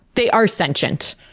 they are sentient.